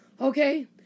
Okay